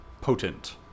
potent